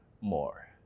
more